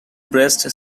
breast